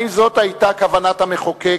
האם זאת היתה כוונת המחוקק,